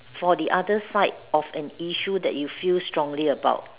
for the other side of an issue that you feel strongly about